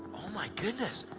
my goodness!